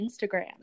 Instagram